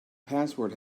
password